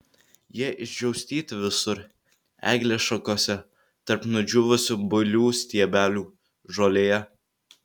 jie išdžiaustyti visur eglės šakose tarp nudžiūvusių builių stiebelių žolėje